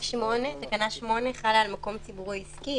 תקנה 8 חלה על מקום ציבורי עסקי.